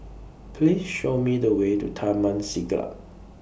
Please Show Me The Way to Taman Siglap